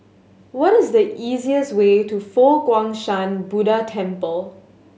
what is the easiest way to Fo Guang Shan Buddha Temple